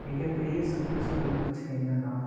மிகப்பெரிய சுற்றுசூழல் பிரச்சனை என்னென்னா